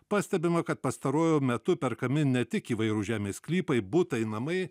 pastebima kad pastaruoju metu perkami ne tik įvairūs žemės sklypai butai namai